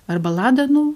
arba ladanu